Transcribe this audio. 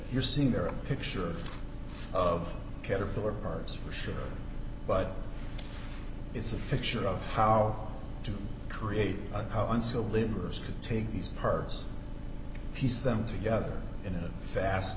you're seeing there a picture of caterpillar cars for sure but it's a picture of how to create how unskilled laborers can take these parts piece them together in a fast